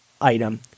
item